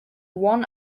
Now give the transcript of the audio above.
one